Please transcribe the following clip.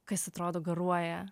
kas atrodo garuoja